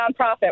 nonprofit